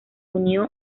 unió